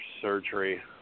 surgery